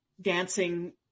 dancing